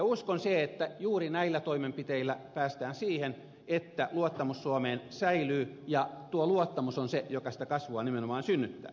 uskon siihen että juuri näillä toimenpiteillä päästään siihen että luottamus suomeen säilyy ja tuo luottamus on se joka sitä kasvua nimenomaan synnyttää